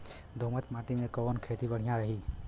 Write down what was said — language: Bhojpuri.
दोमट माटी में कवन खेती बढ़िया रही?